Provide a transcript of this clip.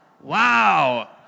Wow